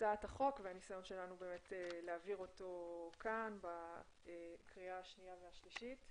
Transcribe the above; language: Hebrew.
הצעת החוק והניסיון שלנו להעביר אותו כאן בקריאה השנייה והשלישית.